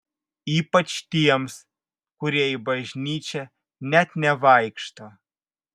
ypač tiems kurie į bažnyčią net nevaikšto